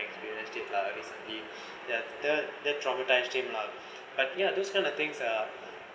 you experience it lah basically ya the that traumatized him lah but ya those kind of things uh